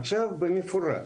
עכשיו, במפורט,